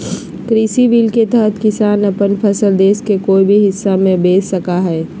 कृषि बिल के तहत किसान अपन फसल देश के कोय भी हिस्सा में बेच सका हइ